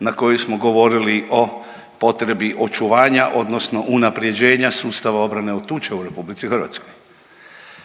na kojoj smo govorili o potrebi očuvanja odnosno unapređenja sustava obrane od tuče u RH.